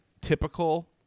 typical